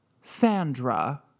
Sandra